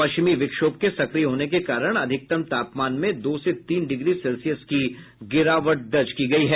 पश्चिमी विक्षोभ के सक्रिय होने के कारण अधिकतम तापमान में दो से तीन डिग्री सेल्सियस की गिरावट हुई है